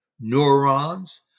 neurons